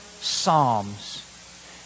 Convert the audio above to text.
Psalms